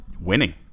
winning